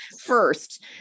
first